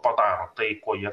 padaro tai kuo jie